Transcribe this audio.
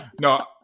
No